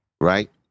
right